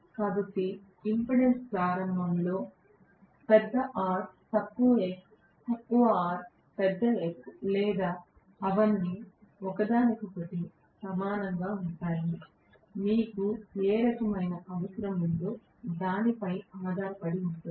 కాబట్టి ఇంపెడెన్స్ ప్రారంభంలో పెద్ద R తక్కువ X తక్కువ R పెద్ద X లేదా అవన్నీ ఒకదానికొకటి సమానంగా ఉంటాయి మీకు ఏ రకమైన అవసరం ఉందో దానిపై ఆధారపడి ఉంటుంది